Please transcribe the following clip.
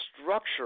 structure